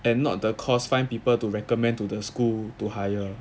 and not the course find people to recommend to the school to hire